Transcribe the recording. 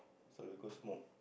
so we go smoke